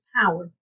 power